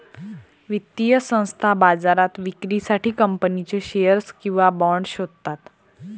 वित्तीय संस्था बाजारात विक्रीसाठी कंपनीचे शेअर्स किंवा बाँड शोधतात